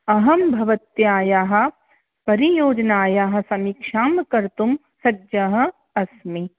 अहं भवत्यायाः परियोजनायाः समीक्षां कर्तुं सज्जः अस्मि